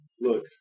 Look